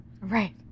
right